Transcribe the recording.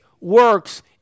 works